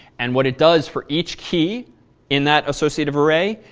and what it does for each key in that associative array,